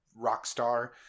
Rockstar